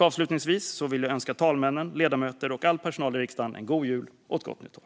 Avslutningsvis vill jag önska talmännen, ledamöterna och all personal i riksdagen en god jul och ett gott nytt år.